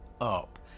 up